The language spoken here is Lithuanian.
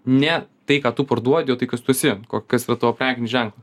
ne tai ką tu parduodi o tai kas tu esi ko kas yra tavo prekinis ženklą